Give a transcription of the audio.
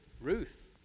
Ruth